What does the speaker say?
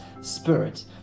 spirit